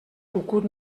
cucut